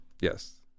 yes